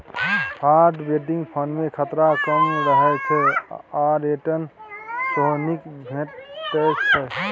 hybrid fund मे खतरा कम रहय छै आ रिटर्न सेहो नीक भेटै छै